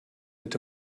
sind